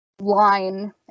line